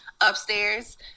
upstairs